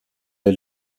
est